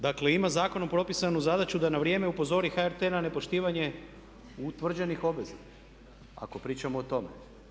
Dakle, ima zakonom propisanu zadaću da na vrijeme upozori HRT na nepoštivanje utvrđenih obveza ako pričamo o tome.